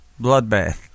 Bloodbath